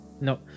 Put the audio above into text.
No